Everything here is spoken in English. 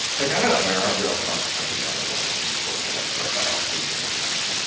like, i don't know, there are real consequences out in the world when people try to profile using language.